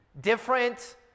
Different